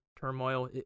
turmoil